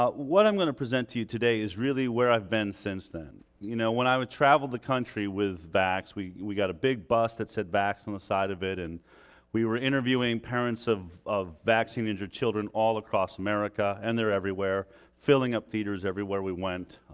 ah what i'm gonna present to you today is really where i've been since then. you know, when i would travel the country with vaxxed, we we got a big bus that said vaxxed on the side of it and we were interviewing parents of of vaccine injured children all across america and they're everywhere filling up theaters everywhere we went